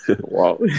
wow